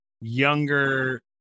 younger